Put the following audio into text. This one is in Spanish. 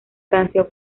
canción